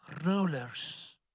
rulers